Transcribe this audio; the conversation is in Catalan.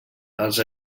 els